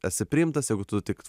esi priimtas jeigu tu tik